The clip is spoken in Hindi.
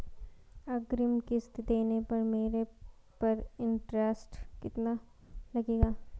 अग्रिम किश्त देने पर मेरे पर इंट्रेस्ट कितना लगेगा?